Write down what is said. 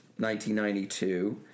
1992